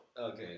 Okay